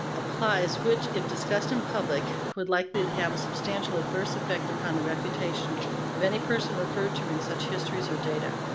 applies which, if discussed in public, would likely have a substantial adverse effect upon the reputation of any person referred to in such histories or data,